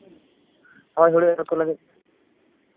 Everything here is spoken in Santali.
ᱦᱳᱭ ᱦᱩᱲᱩ ᱮᱨᱚᱜ ᱠᱚ ᱞᱟᱹᱜᱤᱫ